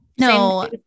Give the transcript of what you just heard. No